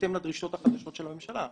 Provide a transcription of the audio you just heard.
בהתאם לדרישות החדשות של הממשלה.